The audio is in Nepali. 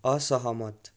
असहमत